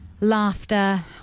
laughter